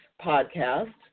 podcast